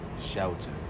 shelter